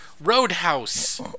roadhouse